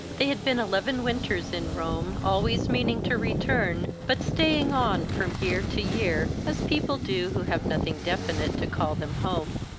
they had been eleven winters in rome, always meaning to return, but staying on from year to year, as people do who have nothing definite to call them home.